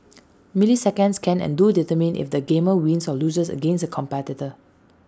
milliseconds can and do determine if the gamer wins or loses against A competitor